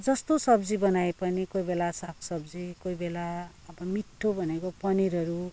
जस्तो सब्जी बनाए पनि कोही बेला सागसब्जी कोही बेला अब मिठो भनेको पनिरहरू